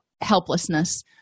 helplessness